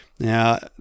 Now